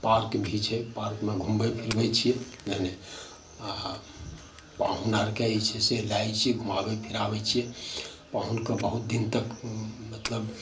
park भी छै पार्कमे घुमबै फिरबै छिए नहि नहि आओर पाहुन आओरके जे छै से लै जाए छिए घुमाबै फिराबै छिए पाहुनके बहुत दिन तक अँ मतलब